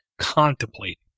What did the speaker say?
contemplate